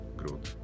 growth